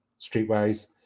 streetwise